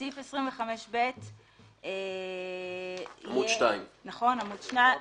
בסעיף 25ב בעמוד 2 ייאמר: